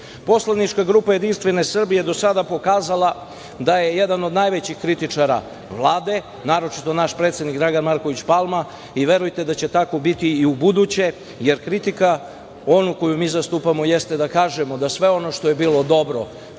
grupa JS do sada je pokazala da je jedna od najvećih kritičara Vlade, naročito naš predsednik Dragan Marković Palma i verujte da će tako biti i u buduće, jer ona kritika koju mi zastupamo jeste da kažemo da sve ono što je bilo dobro